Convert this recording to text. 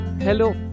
Hello